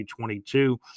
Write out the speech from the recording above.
2022